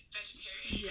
vegetarian